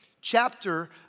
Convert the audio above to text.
chapter